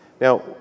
Now